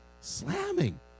slamming